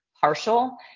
partial